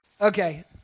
okay